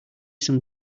some